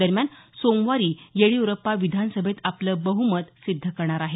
दरम्यान सोमवारी येडिय्रप्पा विधानसभेत आपलं बह्मत सिद्ध करणार आहेत